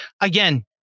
again